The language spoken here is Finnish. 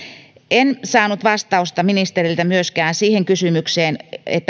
en saanut vastausta ministeriltä myöskään siihen kysymykseen